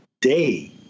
day